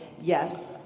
yes